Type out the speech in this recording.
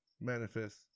manifest